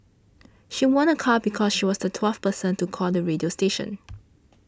she won a car because she was the twelfth person to call the radio station